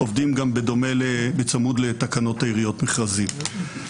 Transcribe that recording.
עובדים גם בצמוד לתקנות העיריות (מכרזים).